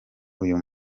uyu